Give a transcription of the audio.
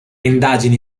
indagini